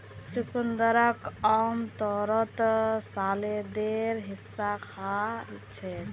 चुकंदरक आमतौरत सलादेर हिस्सा खा छेक